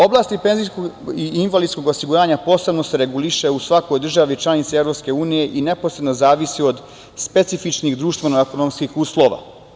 Oblast penzijskog i invalidskog osiguranja posebno se reguliše u svakoj državi članici Evropske unije i neposredno zavisi od specifičnih društveno ekonomskih uslova.